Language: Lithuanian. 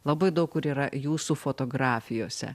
labai daug kur yra jūsų fotografijose